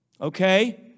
Okay